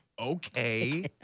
Okay